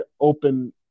open